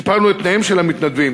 שיפרנו את תנאיהם של המתנדבים.